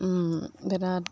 बिराद